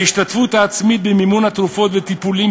ההשתתפות עצמית במימון התרופות והטיפולים